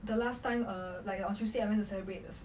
the last time err like the on tuesday I went to celebrate